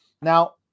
Now